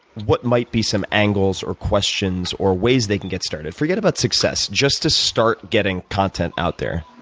what might be some angles or questions or ways they can get started? forget about success just to start getting content out there.